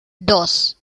dos